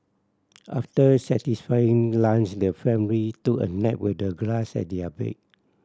after satisfying lunch the family took a nap with the grass as their bed